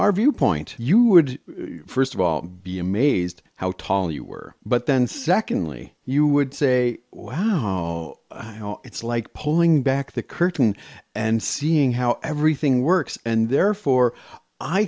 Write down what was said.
our viewpoint you would first of all be amazed how tall you are but then secondly you would say wow it's like pulling back the curtain and seeing how everything works and therefore i